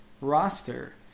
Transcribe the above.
roster